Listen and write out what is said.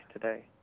today